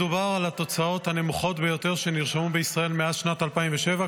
מדובר על התוצאות הנמוכות ביותר שנרשמו בישראל מאז שנת 2007,